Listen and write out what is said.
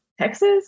Texas